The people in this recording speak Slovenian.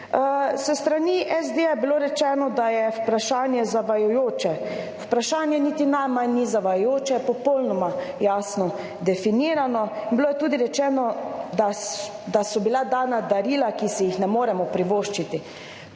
S strani SD je bilo rečeno, da je vprašanje zavajajoče. Vprašanje niti najmanj ni zavajajoče, popolnoma jasno definirano. Bilo je tudi rečeno, da da so bila dana darila, ki si jih ne moremo privoščiti.